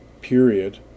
period